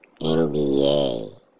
NBA